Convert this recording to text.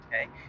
okay